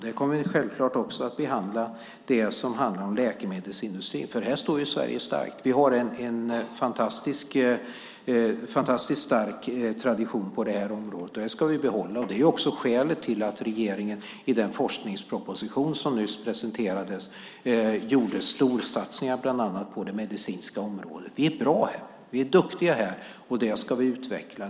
Där kommer vi självklart också att behandla det som handlar om läkemedelsindustrin, för här står Sverige starkt. Vi har en fantastiskt stark tradition på det här området. Den ska vi behålla. Det är också skälet till att regeringen i den forskningsproposition som nyss presenterades gjorde storsatsningar på bland annat det medicinska området. Vi är bra här. Vi är duktiga här. Det ska vi utveckla.